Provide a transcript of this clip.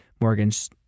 Morgan's